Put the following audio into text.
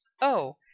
Oh